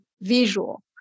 visual